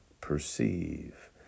perceive